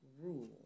rule